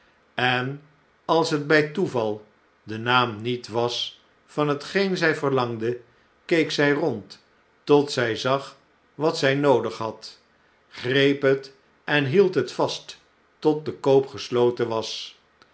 en als het bij toeval de naam niet was van hetgeen zjj verlangde keek zij rond tot zjj zag wat zij noodig had greep het en hield het vast tot de koop gesloten was